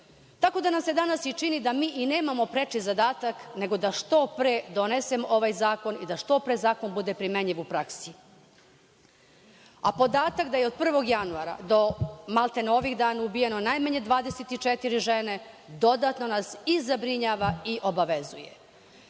da nam se danas čini da mi i nemamo preči zadatak nego da što pre donesemo ovaj zakon i da što pre zakon bude primenjiv u praksi. A podatak da je od 1. januara do, maltene, ovih dana ubijeno najmanje 24 žene, dodatno nas i zabrinjava i obavezuje. Kada